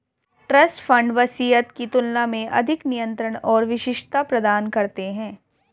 trust fund वसीयत की तुलना में अधिक नियंत्रण और विशिष्टता प्रदान करते हैं